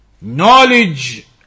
Knowledge